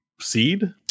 seed